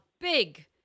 big